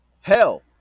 Hell